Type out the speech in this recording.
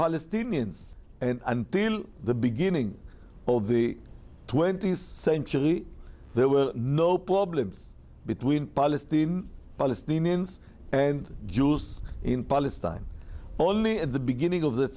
palestinians and until the beginning of the twentieth century there were no problems between palestinian palestinians and jews in palestine only in the beginning of th